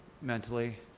mentally